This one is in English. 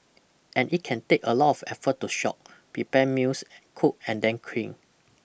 and it can take a lot of effort to shop prepare meals cook and then clean